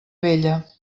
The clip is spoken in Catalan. vella